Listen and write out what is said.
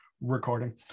recording